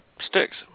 sticks